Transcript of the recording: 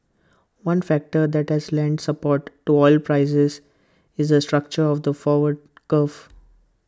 one factor that has lent support to oil prices is the structure of the forward curve